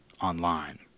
online